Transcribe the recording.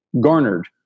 garnered